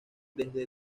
desde